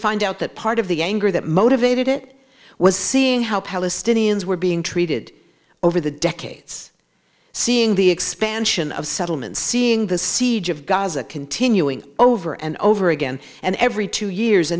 find out that part of the anger that motivated it was seeing how palestinians were being treated over the decades seeing the expansion of settlements seeing the siege of gaza continuing over and over again and every two years